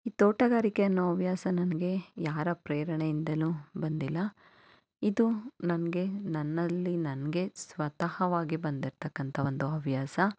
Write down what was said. ಈ ತೋಟಗಾರಿಕೆ ಅನ್ನೋ ಹವ್ಯಾಸ ನನಗೆ ಯಾರ ಪ್ರೇರಣೆಯಿಂದನೂ ಬಂದಿಲ್ಲ ಇದು ನನಗೆ ನನ್ನಲ್ಲಿ ನನಗೆ ಸ್ವತಃವಾಗಿ ಬಂದಿರ್ತಕ್ಕಂಥ ಒಂದು ಹವ್ಯಾಸ